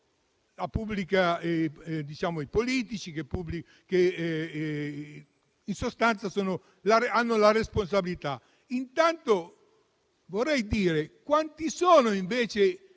i politici, che in sostanza hanno la responsabilità. Intanto, vorrei chiedere quanti sono invece